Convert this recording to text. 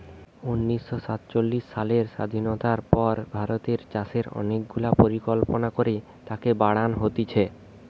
উনিশ শ সাতচল্লিশ সালের স্বাধীনতার পর ভারতের চাষে অনেক গুলা পরিকল্পনা করে তাকে বাড়ান হতিছে